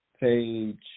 Page